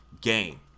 game